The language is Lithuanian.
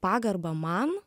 pagarbą man